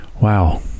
Wow